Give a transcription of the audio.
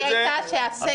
הטענה שלי הייתה שהסגר